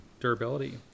durability